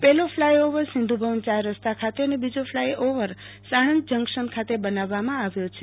પહેલો flyover Sindhu Bhavan ચાર રસ્તા ખાતે અને બીજો ફ્લાથ ઓવર સાણંદ જંકશન ખાતે બનાવવામાં આવ્યો છે